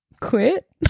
quit